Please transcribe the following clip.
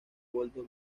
waldo